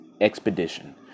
expedition